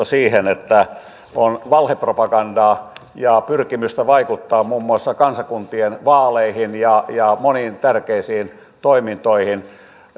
siihen että on valhepropagandaa ja pyrkimystä vaikuttaa muun muassa kansakuntien vaaleihin ja ja moniin tärkeisiin toimintoihin